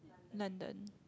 London